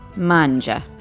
mangia.